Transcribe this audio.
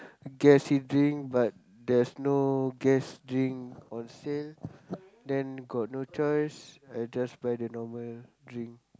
gassy drink but there's no gas drink on sale then got no choice I just buy the normal drink